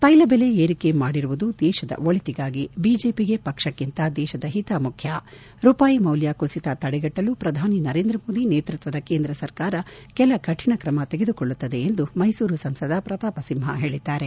ತೈಲಬೆಲೆ ಏರಿಕೆ ಮಾಡಿರುವುದು ದೇಶದ ಒಳತಿಗಾಗಿ ಬಿಜೆಪಿಗೆ ಪಕ್ಷಕ್ಕಿಂತ ದೇಶದ ಹಿತ ಮುಖ್ಯ ರೂಪಾಯಿ ಮೌಲ್ಯ ಕುಸಿತ ತಡೆಗಟ್ಟಲು ಪ್ರಧಾನಿ ನರೇಂದ್ರ ಮೋದಿ ನೇತೃತ್ವದ ಕೇಂದ್ರ ಸರ್ಕಾರ ಕೆಲ ಕಠಿಣ ಕ್ರಮ ತೆಗೆದುಕೊಳ್ಳುತ್ತದೆ ಎಂದು ಮೈಸೂರು ಸಂಸದ ಪ್ರತಾಪ ಸಿಂಹ ಹೇಳಿದ್ದಾರೆ